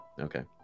Okay